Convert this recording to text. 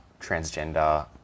transgender